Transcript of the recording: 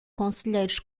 conselheiros